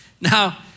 Now